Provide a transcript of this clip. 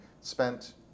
spent